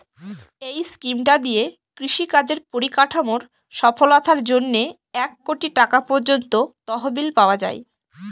এই স্কিমটা দিয়ে কৃষি কাজের পরিকাঠামোর সফলতার জন্যে এক কোটি টাকা পর্যন্ত তহবিল পাওয়া যায়